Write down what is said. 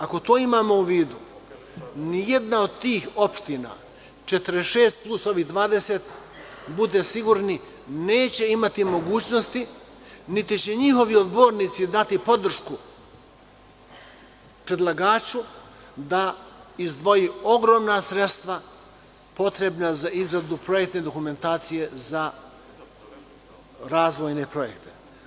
Ako to imamo u vidu, ni jedna od tih opština, 46 plus ovih 20, budite sigurni, neće imati mogućnosti, niti će njihovi odbornici dati podršku predlagaču da izdvoji ogromna sredstva potrebna za izradu projektne dokumentacije za razvojne projekte.